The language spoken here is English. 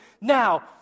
now